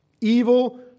Evil